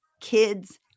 kids